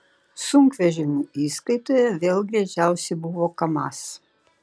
sunkvežimių įskaitoje vėl greičiausi buvo kamaz